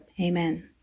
amen